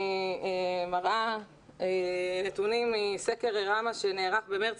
אני מראה נתונים מסקר ראמ"ה שנערך במרס